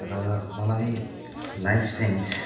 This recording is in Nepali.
र मलाई लाइफ साइन्स